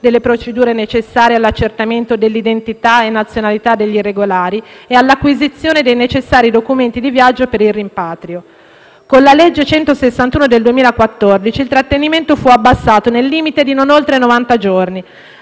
delle procedure necessarie all'accertamento dell'identità e della nazionalità degli irregolari e all'acquisizione dei documenti di viaggio necessari per il rimpatrio. Con la legge n. 161 del 2014 il trattenimento fu abbassato nel limite di non oltre novanta giorni,